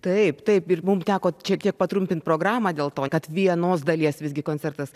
taip taip ir mum teko čiek tiek patrumpinti programą dėl to kad vienos dalies visgi koncertas